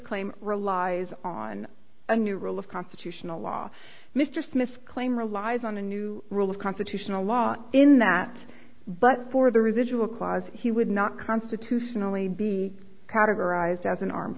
claim relies on a new rule of constitutional law mr smith's claim relies on a new rule of constitutional law in that but for the residual clause he would not constitutionally be categorized as an arm